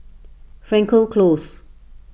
Frankel Close